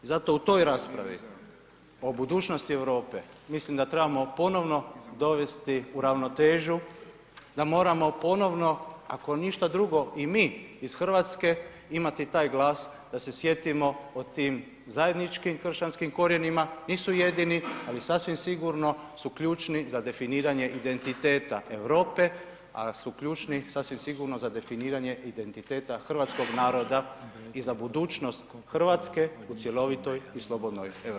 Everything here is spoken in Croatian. Zato u toj raspravi u budućnosti Europe mislim da trebamo ponovno dovesti u ravnotežu, da moramo ponovno ako ništa drugo i mi iz Hrvatske imati taj glas da se sjetimo o tim zajedničkim kršćanskim korijenima, nisu jedini, ali sasvim sigurno su ključni za definiranje identiteta Europe, a da su ključnu sasvim sigurno za definiranje identiteta hrvatskog naroda i za budućnost Hrvatske u cjelovitoj i slobodnoj Europi.